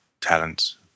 talents